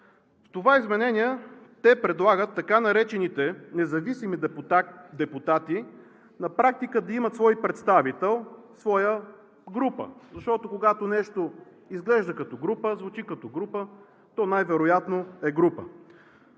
това изменение те предлагат така наречените независими депутати на практика да имат свой представител, своя група, защото, когато нещо изглежда като група, звучи като група, то най-вероятно е група.